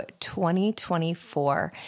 2024